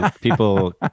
people